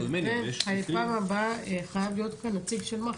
טוב ממני --- פעם הבאה חייב להיות כאן נציג של מח"ש.